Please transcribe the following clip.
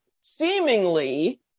Seemingly